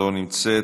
לא נמצאת,